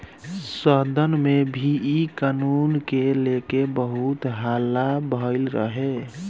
सदन में भी इ कानून के लेके बहुत हल्ला भईल रहे